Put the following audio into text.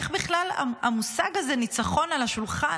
איך בכלל המושג הזה, "ניצחון", על השולחן